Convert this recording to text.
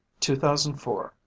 2004